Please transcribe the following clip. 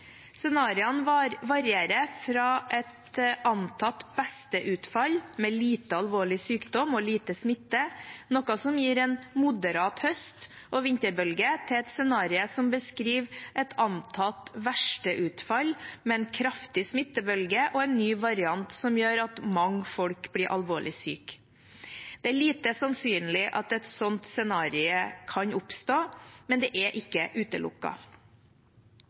Scenarioene varierer fra et antatt beste utfall med lite alvorlig sykdom og lite smitte – noe som gir en moderat høst- og vinterbølge – til et scenario som beskriver et antatt verste utfall med en kraftig smittebølge og en ny variant som gjør at mange blir alvorlig syke. Det er lite sannsynlig at et slikt scenario kan oppstå, men det er ikke